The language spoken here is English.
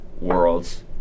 Worlds